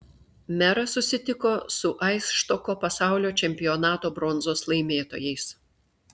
meras susitiko su aisštoko pasaulio čempionato bronzos laimėtojais